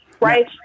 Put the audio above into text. right